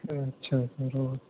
ہاں اچھا ضرور